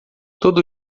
todo